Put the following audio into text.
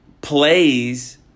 plays